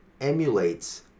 emulates